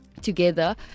together